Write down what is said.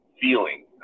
feeling